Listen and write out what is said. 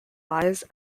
lies